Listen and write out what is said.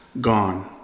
gone